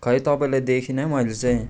खै तपाईँलाई देखिनँ है मैले चाहिँ